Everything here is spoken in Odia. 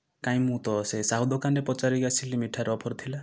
କାହିଁ ମୁଁ ତ ସେ ସାହୁ ଦୋକାନରେ ପଚାରିକି ଆସିଲି ମିଠାର ଅଫର ଥିଲା